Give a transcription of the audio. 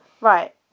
Right